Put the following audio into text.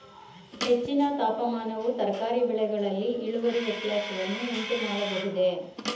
ಹೆಚ್ಚಿನ ತಾಪಮಾನವು ತರಕಾರಿ ಬೆಳೆಗಳಲ್ಲಿ ಇಳುವರಿ ವ್ಯತ್ಯಾಸವನ್ನು ಉಂಟುಮಾಡಬಹುದೇ?